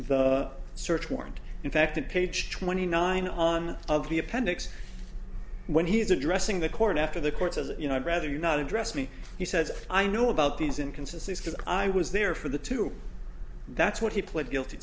the search warrant in fact in page twenty nine on of the appendix when he's addressing the court after the courts as you know i'd rather you not address me he says i knew about these inconsistent because i was there for the two that's what he pled guilty